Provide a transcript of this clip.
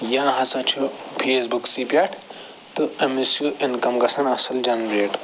یا ہَسا چھُ فیس بُکسٕے پٮ۪ٹھ تہٕ أمِس چھِ اِنکم گَژھان اصٕل جنریٹ